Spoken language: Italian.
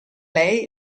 lei